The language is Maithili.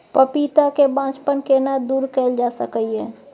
पपीता के बांझपन केना दूर कैल जा सकै ये?